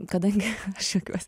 kadangi aš juokiuos